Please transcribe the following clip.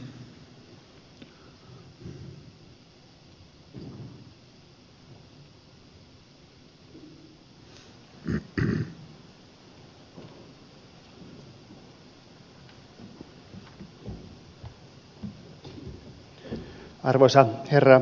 arvoisa herra puhemies